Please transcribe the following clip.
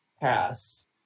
pass